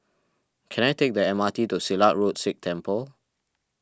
can I take the M R T to Silat Road Sikh Temple